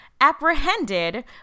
apprehended